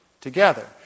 together